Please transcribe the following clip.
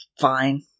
fine